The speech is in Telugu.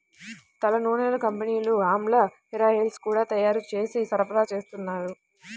తలనూనెల కంపెనీలు ఆమ్లా హేరాయిల్స్ గూడా తయ్యారు జేసి సరఫరాచేత్తన్నారు